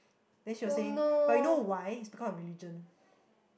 then she was saying but you know why it's because of religion